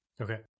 Okay